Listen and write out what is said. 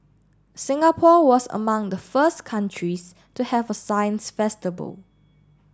Singapore was among the first countries to have a science festival